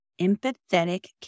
empathetic